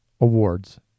awards